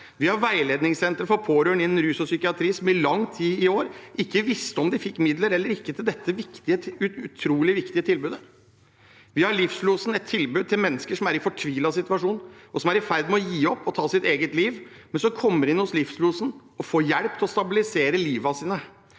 Vi har Veiledningssenter for pårørende innen rus og psykiatri som i lang tid i år ikke visste om de fikk midler eller ikke til sitt viktige arbeid. Vi har Livslosen, et tilbud for mennesker som er i fortvilte situasjoner og i ferd med å gi opp og ta sitt eget liv. De kommer inn hos Livslosen og får hjelp til å stabilisere livet sitt.